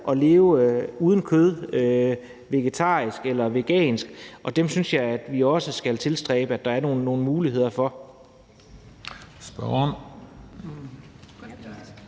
at leve uden kød, vegetarisk eller vegansk, og dem synes jeg også vi skal tilstræbe at der er nogle muligheder for.